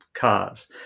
cars